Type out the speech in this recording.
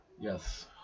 Yes